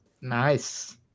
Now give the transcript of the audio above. Nice